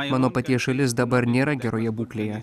mano paties šalis dabar nėra geroje būklėje